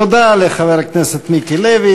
תודה רבה לחבר הכנסת מיקי לוי.